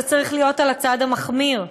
זה צריך להיות על הצד המחמיר,